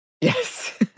Yes